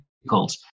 difficult